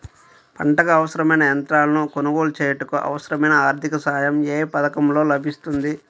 పంటకు అవసరమైన యంత్రాలను కొనగోలు చేయుటకు, అవసరమైన ఆర్థిక సాయం యే పథకంలో లభిస్తుంది?